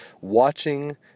watching